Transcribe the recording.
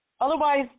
Otherwise